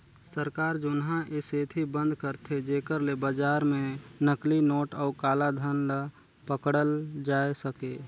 सरकार जुनहा ए सेती बंद करथे जेकर ले बजार में नकली नोट अउ काला धन ल पकड़ल जाए सके